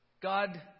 God